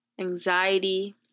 anxiety